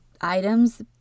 items